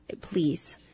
please